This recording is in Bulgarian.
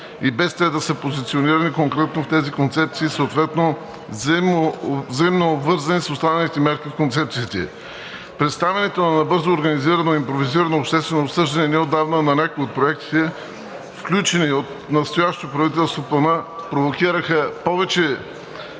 и без те да са позиционирани конкретно в тези концепции, съответно взаимно обвързани с останалите мерки в концепциите. Представянето на набързо организирано и импровизирано обществено обсъждане неотдавна на някои от проектите, включени от настоящото правителство в плана, провокираха повече